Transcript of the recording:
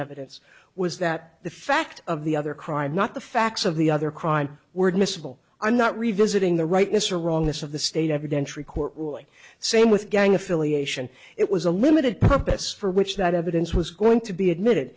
evidence was that the fact of the other crime not the facts of the other crime were miscible i'm not revisiting the rightness or wrongness of the state evidentiary court ruling same with gang affiliation it was a limited purpose for which that evidence was going to be admitted